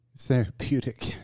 Therapeutic